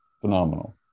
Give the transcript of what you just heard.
Phenomenal